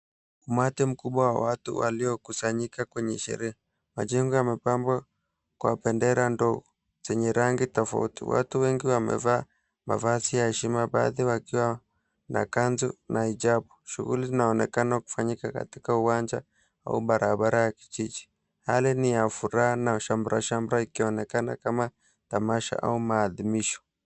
Umati mkubwa wa watu waliokusanyika kwenye sherehe. Majengo yamepambwa kwa bendera ndogo zenye rangi tofauti. Watu wengi wamevaa mavazi ya hesima, baadhi wakiwa na kanzu na hijabu. Shughuli inaonekana kufanyika katika uwanja au barabara ya kijiji. Hali ni ya furaha na shamra shamra ikionekana kama tamasha au maadhimisho.